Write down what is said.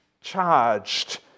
Charged